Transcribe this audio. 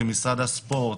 עם משרד הספורט,